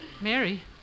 Mary